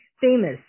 famous